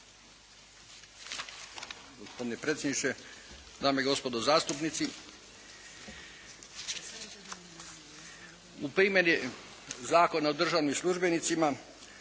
U primjeni Zakona o državnim službenicima